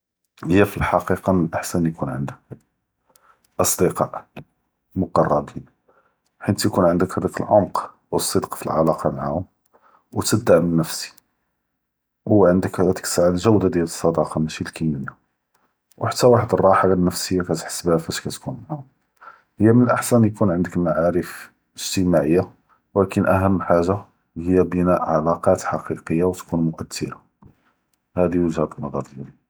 היא פאלחקיקה מן אלאחסן יכון ענדכ אצדיקהא מקרבין חית יכון ענדכ האדאכ אלעמק ו אלסדק פאלעלאקה מעהם ו חתה אלדעמ אלנפסי, וענדכ דאק אלשעעה אלג’ודה דיאל אלסדאקה ומאשי אלכמיה, וחתה וחד אלרחה אלנפסיה כאתחס פיהא פאש כאתכון מעהם. היא מן אלאחסן יכון ענדכ מעארף אצ’ת’אעיה, ולאכן אהם חאגה היא בנאא עלאקאת ח’קיקיה ותיכון מועת’רה.